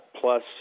plus